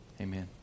Amen